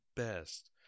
best